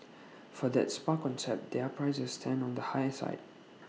for that spa concept their prices stand on the higher side